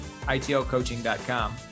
itlcoaching.com